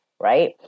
right